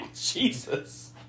Jesus